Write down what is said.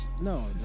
No